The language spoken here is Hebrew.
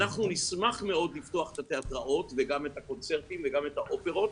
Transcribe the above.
אנחנו נשמח מאוד לפתוח את התיאטראות וגם את הקונצרטים וגם את האופרות